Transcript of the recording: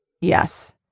yes